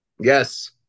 Yes